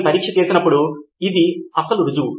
శ్యామ్ పాల్ ఎం లేదు నేను గూగుల్ డ్రైవ్ లాగా చెబుతున్నాను